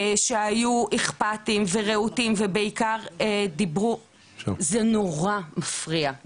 שהיו אכפתיים ורהוטים ובעיקר דיברו --- זה -- זה נורא מפריע,